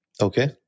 okay